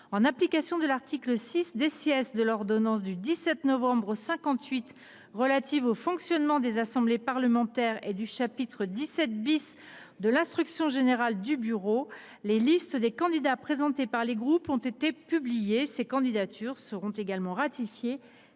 En application de l’article 6 de l’ordonnance n° 58 1100 du 17 novembre 1958 relative au fonctionnement des assemblées parlementaires et du chapitre XVII de l’instruction générale du bureau, les listes des candidats présentés par les groupes ont été publiées. Ces candidatures seront ratifiées